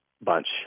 Bunch